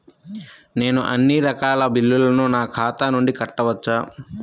నేను అన్నీ రకాల బిల్లులను నా ఖాతా నుండి కట్టవచ్చా?